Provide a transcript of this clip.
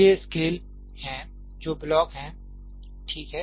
ये स्केल हैं जो ब्लॉक हैं ठीक है